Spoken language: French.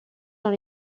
dans